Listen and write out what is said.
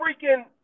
freaking